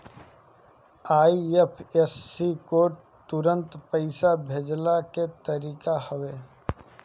IFSC code तुरंत पईसा भेजला के तरीका हवे